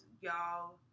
y'all